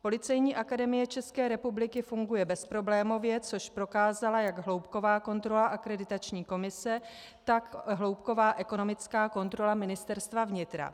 Policejní akademie České republiky funguje bezproblémově, což prokázala jak hloubková kontrola Akreditační komise, tak hloubková ekonomická kontrola Ministerstva vnitra.